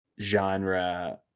genre